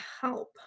Help